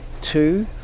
Two